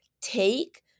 take